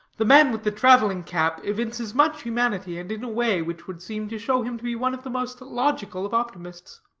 the man with the traveling-cap evinces much humanity, and in a way which would seem to show him to be one of the most logical of optimists.